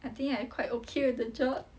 I think I quite okay with the job